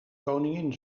koningin